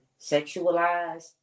sexualized